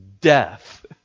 death